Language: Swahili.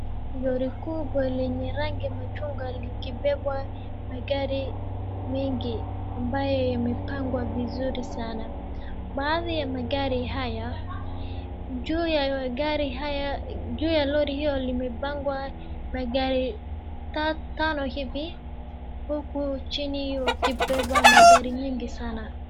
Gari kubwa lenye rangi machungwa likibebwa magari mengine, amabayo imepangwa vizuri sana, baadhi ya magari haya, juu ya gari haya, juu ya lori hiyo limepangwa magari tano hivi, huku chini wakibebwa magari mingi sana.